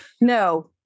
No